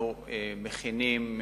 אנחנו מכינים,